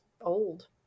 old